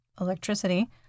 electricity